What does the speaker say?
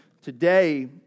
Today